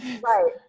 Right